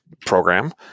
program